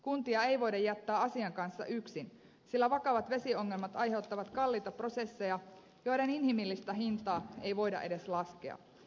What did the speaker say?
kuntia ei voida jättää asian kanssa yksin sillä vakavat vesiongelmat aiheuttavat kalliita prosesseja joiden inhimillistä hintaa ei voida edes laskea